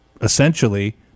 essentially